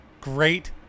Great